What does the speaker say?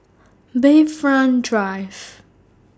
Bayfront Drive